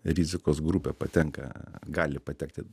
rizikos grupę patenka gali patekti